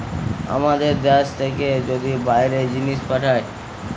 আমাদের দ্যাশ থেকে যদি বাইরে জিনিস পাঠায়